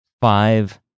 five